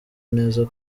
neza